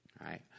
right